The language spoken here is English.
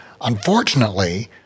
Unfortunately